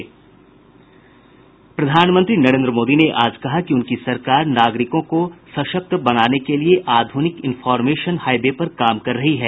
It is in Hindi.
प्रधानमंत्री नरेन्द्र मोदी ने आज कहा कि उनकी सरकार नागरिकों को सशक्त बनाने के लिए आधुनिक इन्फॉरमेशन हाईवे पर काम कर रही है